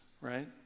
right